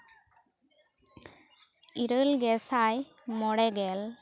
ᱤᱨᱟ ᱞ ᱜᱮᱥᱟᱭ ᱢᱚᱬᱮ ᱜᱮᱞ